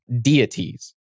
deities